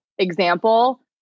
example